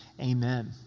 amen